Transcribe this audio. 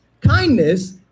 Kindness